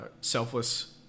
selfless